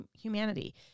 humanity